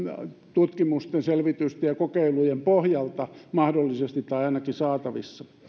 tutkimusten selvitysten ja kokeilujen pohjalta mahdollisesti tai ainakin sitä olisi saatavissa